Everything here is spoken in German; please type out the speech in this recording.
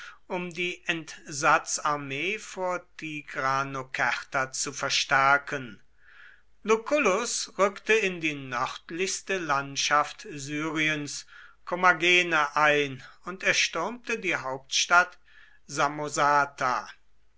um die entsatzarmee vor tigranokerta zu verstärken lucullus rückte in die nördlichste landschaft syriens kommagene ein und erstürmte die hauptstadt